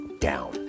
down